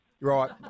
Right